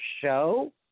show